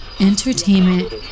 entertainment